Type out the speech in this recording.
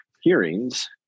hearings